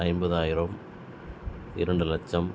ஐம்பதாயிரம் இரண்டு லட்சம்